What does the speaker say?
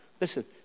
Listen